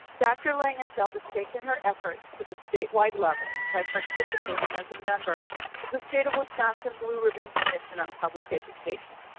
dr. langenfeld has taking her efforts to the statewide level by participating as a member of the state of wisconsin blue ribbon commission on public education.